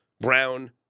Brown